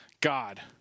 God